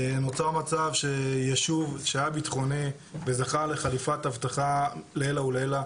נוצר מצב שיישוב שהיה ביטחוני וזכה לחליפת אבטחה לעילא ולעילא,